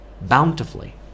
bountifully